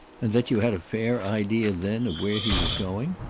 and that you had a fair idea then of where he was going?